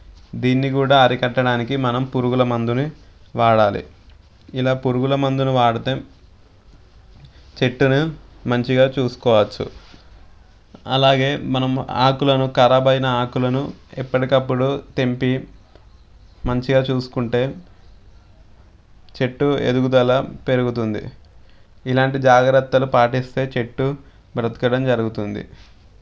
దీన్ని కూడా అరికట్టడానికి మనం పురుగుల మందుని వాడాలి ఇలా పురుగుల మందుని వాడితే చెట్టును మంచిగా చూసుకోవచ్చు అలాగే మనం ఆకులను ఖరాబు అయిన ఆకులను ఎప్పటికప్పుడు తెంపి మంచిగా చూసుకుంటే చెట్టు ఎదుగుదల పెరుగుతుంది ఇలాంటి జాగ్రత్తలు పాటిస్తే చెట్టు బ్రతకడం జరుగుతుంది